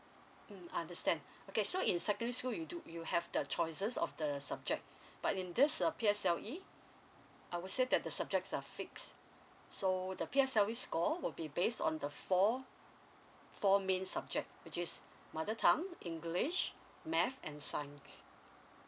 mm understand okay so in secondary school you do you have the choices of the subject but in this uh P_S_L_E I would say that the subjects are fixed so P_S_L_E score would be based on the four four main subject which is mother tongue english math and science